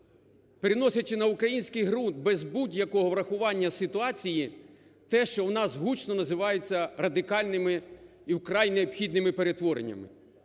Переносячи на український ґрунт без будь-якого врахування ситуації те, що у нас гучно називається радикальними і вкрай необхідними перетвореннями.